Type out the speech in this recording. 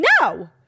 no